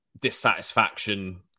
dissatisfaction